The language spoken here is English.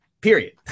period